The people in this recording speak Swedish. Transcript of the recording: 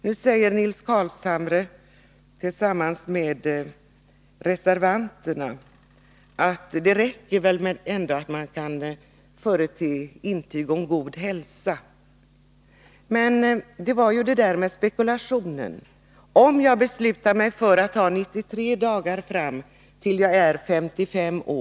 Nu säger Nils Carlshamre, tillsammans med reservanterna: Det räcker väl med att man kan förete intyg om god hälsa? Men se det var ju det där med spekulationen. En person kan ju besluta sig för att ta 93 dagar fram till dess han är 55 år.